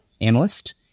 analyst